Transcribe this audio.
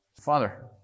Father